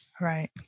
Right